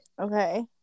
Okay